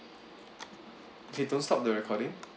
okay don't stop the recording